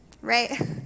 right